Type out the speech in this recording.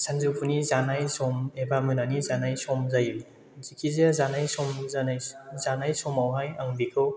सानजौफुनि जानाय सम एबा मोनानि जानाय सम जायो जायखिजाया जानाय समावहाय आं बिखौ